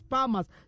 Palmas